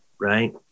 right